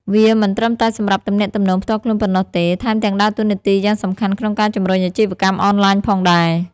វាមិនត្រឹមតែសម្រាប់ទំនាក់ទំនងផ្ទាល់ខ្លួនប៉ុណ្ណោះទេ ថែមទាំងដើរតួនាទីយ៉ាងសំខាន់ក្នុងការជំរុញអាជីវកម្មអនឡាញផងដែរ។